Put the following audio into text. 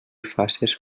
faces